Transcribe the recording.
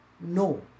No